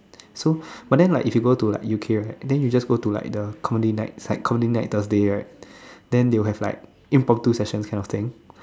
so but then like if you go to like U_K right then you just go to like the comedy nights like comedy night Thursday right then they will have like impromptu sessions kind of thing